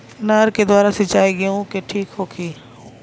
नहर के द्वारा सिंचाई गेहूँ के ठीक होखि?